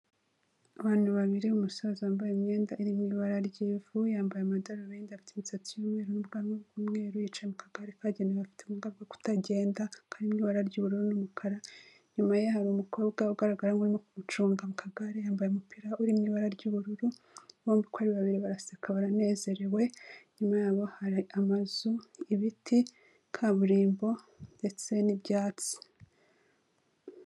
Abantu babiri, umusaza wambaye imyenda iri mu ibara ry'ivu, yambaye amadarubindi afite imisatsi y'umweru n'ubwanwa bw'umweru yicaye mu kagare kagenewe abafite ubumuga bwo kutagenda kari mu ibara ry'ubururu n'umukara, inyuma ye hari umukobwa ugaragara nk'urimo kumucunga mu kagare, yambaye umupira uri mu ibara ry'ubururu, bombi uko ari babiri baraseka baranezerewe, inyuma yabo hari amazu, ibiti, kaburimbo ndetse n'ibyatsi.